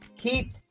Keep